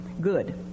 Good